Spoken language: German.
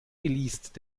geleast